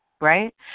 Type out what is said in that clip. right